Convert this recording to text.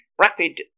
rapid